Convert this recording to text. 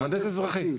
מהנדס אזרחי,